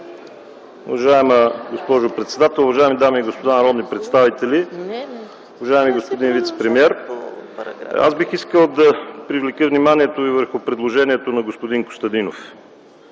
Уважаема госпожо председател, уважаеми дами и господа народни представители, уважаеми господин вицепремиер! Бих искал да привлека вниманието ви върху предложението на господин Костадинов